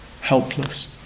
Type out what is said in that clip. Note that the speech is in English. helpless